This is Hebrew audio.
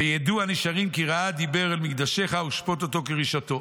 וידעו הנשארים כי רעה דבר על מקדשך ושפוט אותו כרשעתו".